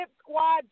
squad